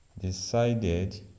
decided